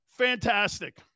fantastic